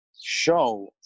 show